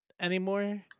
anymore